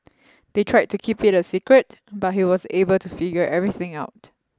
they tried to keep it a secret but he was able to figure everything out